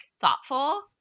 thoughtful